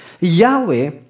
Yahweh